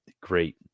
great